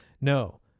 no